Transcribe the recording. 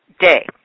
day